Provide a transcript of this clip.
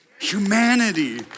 Humanity